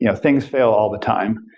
yeah things fail all the time,